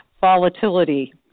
volatility